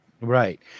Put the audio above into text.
Right